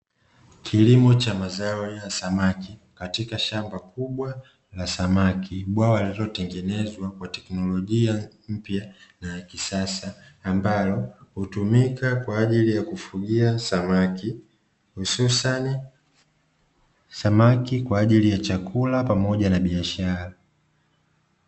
Kilimo cha mazao ya samaki katika shamba kubwa la samaki; bwawa linalotengenezwa kwa teknolojia mpya na ya kisasa, ambalo hutumika kwa ajili ya kufugia samaki hususani samaki kwa ajili ya chakula pamoja na biashara.